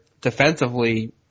defensively